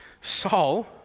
Saul